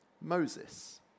Moses